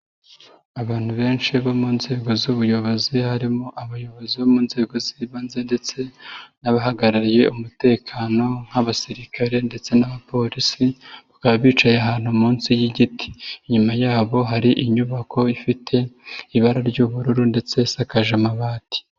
Abantu benshi bo mu nzego z'ubuyobozi harimo abayobozi bo mu nzego z'ibanze ndetse n'abahagarariye umutekano nk'abasirikare ndetse n'abapolisi bakaba bicaye ahantu munsi y'igiti, inyuma yabo hari inyubako ifite ibara ry'ubururu ndetse isakaje amabati.